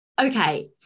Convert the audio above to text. okay